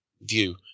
view